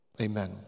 amen